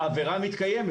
העבירה מתקיימת.